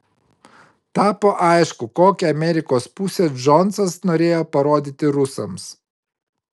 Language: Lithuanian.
tapo aišku kokią amerikos pusę džonsas norėjo parodyti rusams